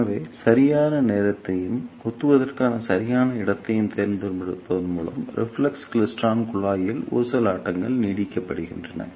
எனவே சரியான நேரத்தையும் குத்துவதற்கான சரியான இடத்தையும் தேர்ந்தெடுப்பதன் மூலம் ரிஃப்ளெக்ஸ் கிளைஸ்ட்ரான் குழாயில் ஊசலாட்டங்கள் நீடிக்கப்படுகின்றன